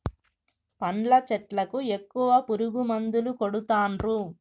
పండ్ల చెట్లకు ఎక్కువ పురుగు మందులు కొడుతాన్రు